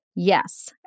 Yes